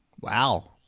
Wow